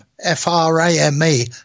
F-R-A-M-E